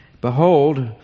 behold